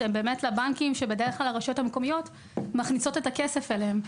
לבנקים שבדרך כלל הרשויות המקומיות מכניסות את הכסף אליהן.